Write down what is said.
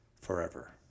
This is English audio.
forever